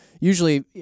Usually